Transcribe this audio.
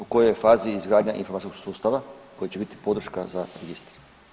U kojoj je fazi izgradnja informacijskog sustava koji će biti podrška za registar?